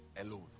alone